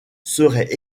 seraient